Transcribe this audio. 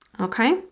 okay